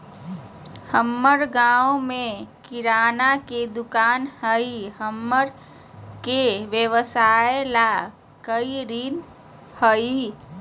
हमर अपन गांव में किराना के दुकान हई, हमरा के व्यवसाय ला कोई ऋण हई?